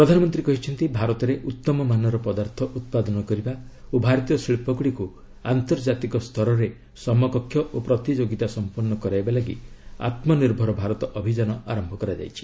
ପ୍ରଧାନମନ୍ତ୍ରୀ କହିଛନ୍ତି ଭାରତରେ ଉତ୍ତମାନର ପଦାର୍ଥ ଉତ୍ପାଦନ କରିବା ଓ ଭାରତୀୟ ଶିଳ୍ପଗୁଡ଼ିକୁ ଆନ୍ତର୍ଜାତିକ ସ୍ତରରେ ସମକକ୍ଷ ଓ ପ୍ରତିଯୋଗିତା ସମ୍ପନ୍ନ କରାଇବା ଲାଗି ଆତ୍ମନିର୍ଭର ଭାରତ ଅଭିଯାନ ଆରମ୍ଭ କରାଯାଇଛି